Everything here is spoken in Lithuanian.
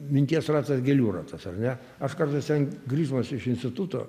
minties ratas gėlių ratas ar ne aš kartais ten grįždamas iš instituto